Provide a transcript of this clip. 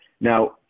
Now